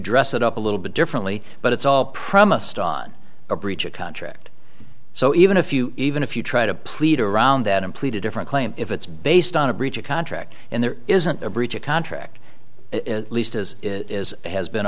dress it up a little bit differently but it's all premised on a breach of contract so even if you even if you try to plead around that and plead a different claim if it's based on a breach of contract and there isn't a breach of contract at least as has been